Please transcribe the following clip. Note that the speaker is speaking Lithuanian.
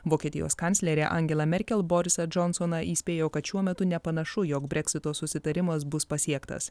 vokietijos kanclerė angela merkel borisą džonsoną įspėjo kad šiuo metu nepanašu jog breksito susitarimas bus pasiektas